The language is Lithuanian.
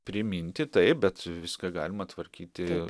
priminti taip bet viską galima tvarkyti